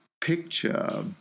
picture